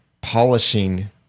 polishing